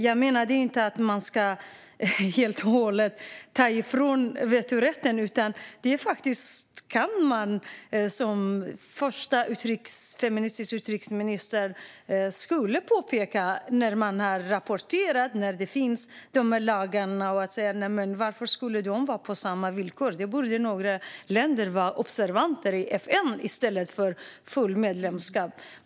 Jag menade inte att man helt och hållet ska ta ifrån länder vetorätten. När det finns sådana här lagar kan man dock - som den första feministiska utrikesministern skulle kunna påpeka - undra varför dessa länder ska vara med på samma villkor. Några länder borde vara observatörer i FN i stället för att ha fullt medlemskap.